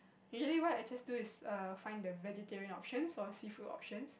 usually what I just do is err find the vegetarian options or seafood options